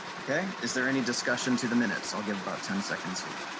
kaye is there any discussion to the minute song about ten seconds here.